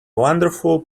wonderful